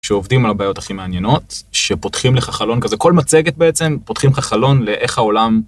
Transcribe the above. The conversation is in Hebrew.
שעובדים על הבעיות הכי מעניינות, שפותחים לך חלון כזה, כל מצגת בעצם, פותחים לך חלון לאיך העולם...